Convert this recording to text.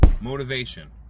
motivation